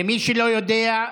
מי שלא יודע,